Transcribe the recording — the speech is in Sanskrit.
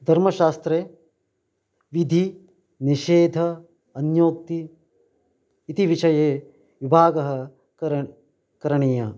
धर्मशास्त्रे विधिः निषेधः अन्योक्तिः इति विषये विभागः करणे करणीया